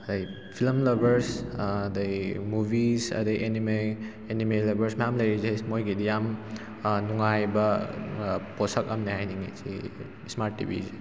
ꯍꯥꯏꯗꯤ film lovers ꯑꯗꯒꯤ movies ꯑꯗꯩ ꯑꯦꯅꯤꯃꯦ ꯑꯦꯅꯤꯃꯦ ꯂꯚꯔꯁ ꯃꯌꯥꯝ ꯂꯩꯔꯤꯁꯦ ꯃꯣꯏꯒꯤꯗꯤ ꯌꯥꯝ ꯅꯨꯡꯉꯥꯏꯕ ꯄꯣꯠꯁꯛ ꯑꯝꯅꯦ ꯍꯥꯏꯅꯤꯡꯉꯦ ꯁꯤ ꯏꯁꯃꯥꯔꯠ ꯇꯤꯚꯤꯁꯦ